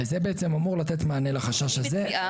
וזה בעצם אמור לתת מענה לחשש הזה,